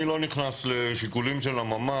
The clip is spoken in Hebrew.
אני לא נכנס לשיקולים של הממ"ז,